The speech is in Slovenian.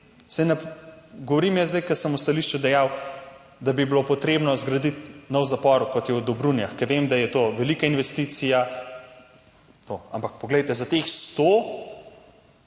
Saj ne govorim jaz zdaj, ko sem v stališču dejal, da bi bilo potrebno zgraditi nov zapor, kot je v Dobrunjah, ker vem, da je to velika investicija, to, ampak poglejte, za teh sto,